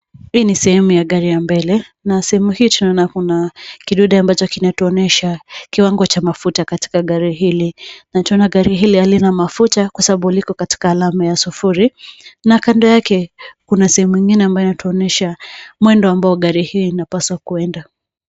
Hii ni sehemu ya gari ya mbele. Na sehemu hii tunaona kuna kidude ambacho kinatuonyesha kiwango cha mafuta katika gari hili. Na tuna gari hili halina mafuta kwa sababu liko katika alama ya sufuri. Na kando yake kuna sehemu nyingine ambayo inatuonyesha mwendo ambao gari hilo linapaswa kuenda.